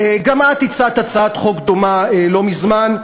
גם את הצעת הצעת חוק דומה לא מזמן,